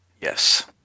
Yes